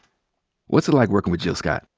what's it like workin' with jill scott?